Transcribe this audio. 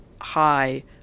high